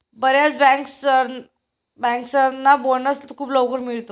बर्याच बँकर्सना बोनस खूप लवकर मिळतो